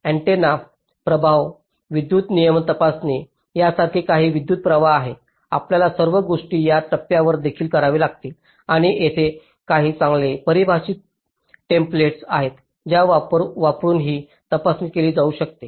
antenna प्रभाव विद्युत नियम तपासणी यासारखे काही विद्युत् प्रभाव आहेत आपल्याला या सर्व गोष्टी या टप्प्यावर देखील करावे लागतील आणि तेथे काही चांगले परिभाषित टेम्पलेट्स आहेत ज्या वापरून ही तपासणी केली जाऊ शकते